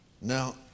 Now